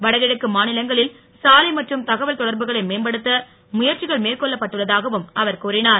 வடகிழக்கு மாநிலங்களில் சாலை மற்றும் தகவல் தொடர்புகளை மேம்படுத்த முயற்சிகள் மேற்கொள்ளப்பட்டுள்ள தாகவும் அவர் கூறினார்